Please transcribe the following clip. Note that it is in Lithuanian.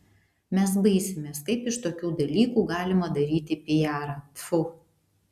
mes baisimės kaip iš tokių dalykų galima daryti pijarą tfu